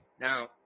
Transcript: Now